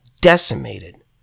decimated